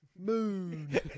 Moon